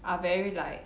are very like